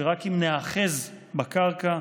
שרק אם ניאחז בקרקע,